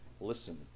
Listen